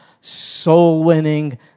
soul-winning